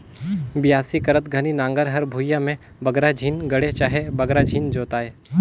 बियासी करत घनी नांगर हर भुईया मे बगरा झिन गड़े चहे बगरा झिन जोताए